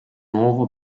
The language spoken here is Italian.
nuovo